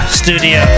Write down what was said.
studio